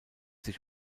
sich